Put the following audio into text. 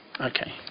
Okay